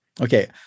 Okay